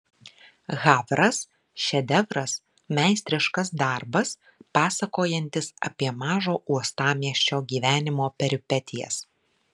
havras šedevras meistriškas darbas pasakojantis apie mažo uostamiesčio gyvenimo peripetijas